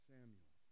Samuel